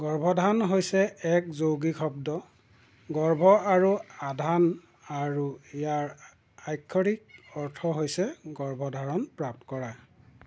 গৰ্ভধান হৈছে এক যৌগিক শব্দ গৰ্ভ আৰু আধান আৰু ইয়াৰ আক্ষৰিক অৰ্থ হৈছে গৰ্ভধাৰণ প্ৰাপ্ত কৰা